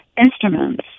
Instruments